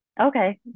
Okay